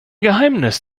geheimnis